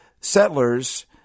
settlers